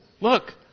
Look